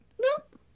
Nope